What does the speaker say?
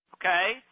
Okay